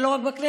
ולא רק בכנסת,